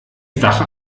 sache